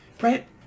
Right